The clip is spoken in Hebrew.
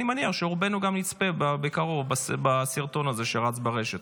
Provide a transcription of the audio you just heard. אני מניח שרובנו גם נצפה בקרוב בסרטון הזה שרץ ברשת.